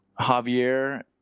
Javier